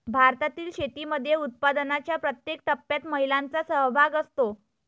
भारतातील शेतीमध्ये उत्पादनाच्या प्रत्येक टप्प्यात महिलांचा सहभाग असतो